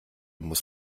muss